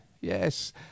yes